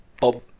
Bob